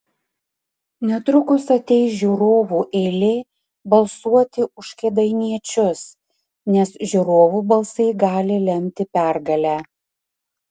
netrukus ateis žiūrovų eilė balsuoti už kėdainiečius nes žiūrovų balsai gali lemti pergalę